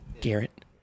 Garrett